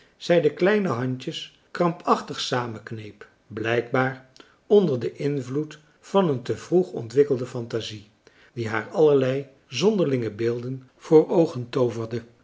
zij de kleine handjes krampachtig samenkneep blijkbaar onder den invloed van een te vroeg ontwikkelde fantasie die haar allerlei zonderlinge beelden voor oogen tooverde